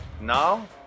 Now